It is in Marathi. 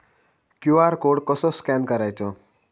क्यू.आर कोड कसो स्कॅन करायचो?